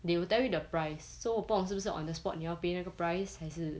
they will tell you the price so 我不懂是不是 on the spot 你要 pay 那个 price 还是